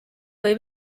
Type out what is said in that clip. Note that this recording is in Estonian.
või